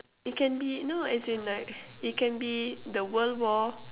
you can be know as in like it can be the world war